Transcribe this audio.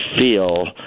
feel